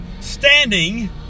standing